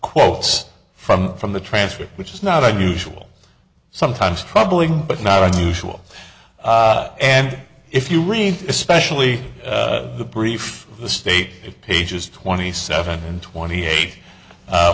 quotes from from the transcript which is not unusual sometimes troubling but not unusual and if you read especially the brief the state pages twenty seven and twenty eight